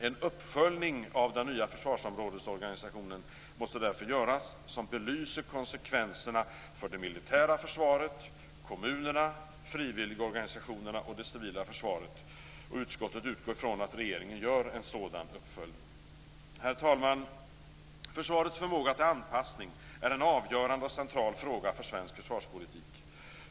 En uppföljning av den nya försvarsområdesorganisationen måste därför göras som belyser konsekvenserna för det militära försvaret, kommunerna, frivilligorganisationerna och det civila försvaret, och utskottet utgår från att regeringen gör en sådan uppföljning. Herr talman! Försvarets förmåga till anpassning är en avgörande och central fråga för svensk försvarspolitik.